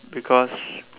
because